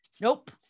nope